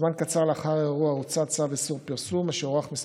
זמן קצר לאחר האירוע הוצא צו איסור פרסום שהוארך כמה